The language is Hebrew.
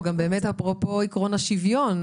נכון, גם באמת אפרופו עקרון השוויון.